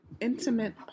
intimate